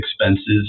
expenses